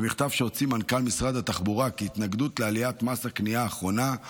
במכתב שהוציא מנכ"ל משרד התחבורה כהתנגדות לעליית מס הקנייה האחרונה,